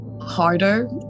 harder